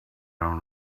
don’t